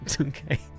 Okay